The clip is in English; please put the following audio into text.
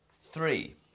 three